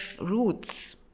roots